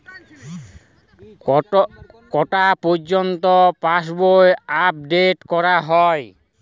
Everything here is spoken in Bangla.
কটা পযর্ন্ত পাশবই আপ ডেট করা হয়?